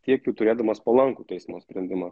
tiek jau turėdamas palankų teismo sprendimą